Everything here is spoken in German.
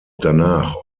danach